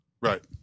Right